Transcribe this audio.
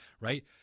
Right